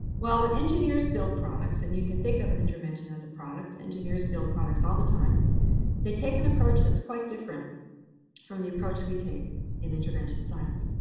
well, when engineers build products and you can think of an intervention as a product. engineers build products all the time they take an approach that's quite different from the approach we take in intervention science.